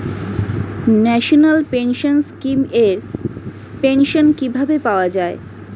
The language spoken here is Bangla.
ন্যাশনাল পেনশন স্কিম এর পেনশন কিভাবে পাওয়া যায়?